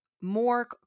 more